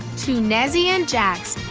to nezzie and jax.